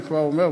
אני כבר אומר,